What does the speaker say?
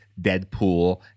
deadpool